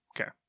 Okay